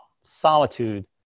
solitude